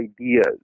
ideas